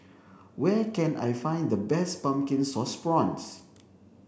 where can I find the best pumpkin sauce prawns